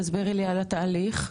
תסבירי לי על התהליך.